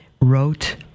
wrote